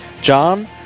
John